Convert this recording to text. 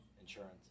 insurance